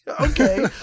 Okay